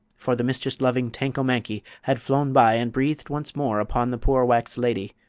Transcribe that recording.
for the mischief-loving tanko-mankie had flown by and breathed once more upon the poor wax lady,